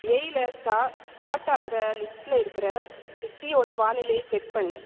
ஏயில் start ஆகிற லிஸ்ட்டில் இருக்கிற சிட்டியோட வானிலைய செக் பண்ணு